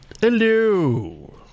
Hello